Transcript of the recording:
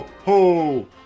Ho